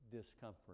discomfort